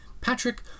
Patrick